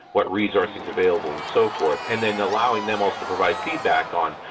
what resource is available and so forth, and then allowing them also to provide feedback on,